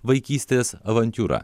vaikystės avantiūra